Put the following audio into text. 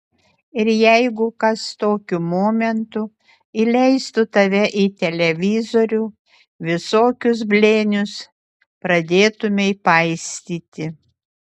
ir jeigu kas tokiu momentu įleistų tave į televizorių visokius blėnius pradėtumei paistyti